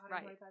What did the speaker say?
Right